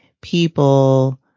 people